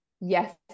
yes